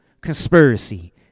conspiracy